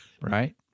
right